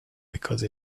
because